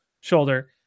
shoulder